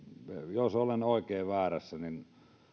jos olen oikein väärässä niin